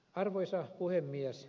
arvoisa puhemies